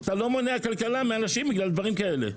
אתה לא מונע כלכלה מאנשים בגלל דברים כאלה.